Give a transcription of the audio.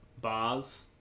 bars